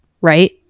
right